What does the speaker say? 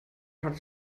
hat